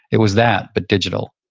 it was that, but digital.